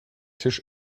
tisch